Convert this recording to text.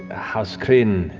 house kryn,